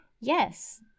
Yes